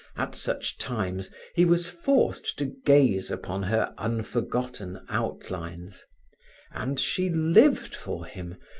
at such times he was forced to gaze upon her unforgotten outlines and she lived for him,